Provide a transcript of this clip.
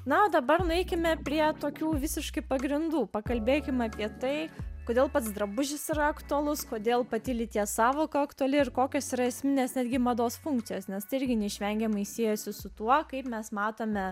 na o dabar nueikime prie tokių visiškų pagrindų pakalbėkim apie tai kodėl pats drabužis yra aktualus kodėl pati lyties sąvoka aktuali ir kokios yra esminės netgi mados funkcijos nes tai irgi neišvengiamai siejasi su tuo kaip mes matome